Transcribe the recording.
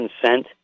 consent